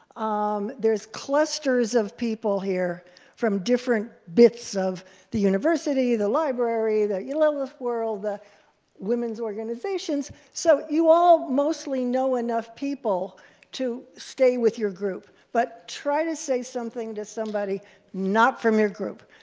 um, there's clusters of people here from different bits of the university, the library, the you know world, the women's organizations so you all mostly know enough people to stay with your group, but try to say something to somebody not from your group,